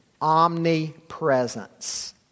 omnipresence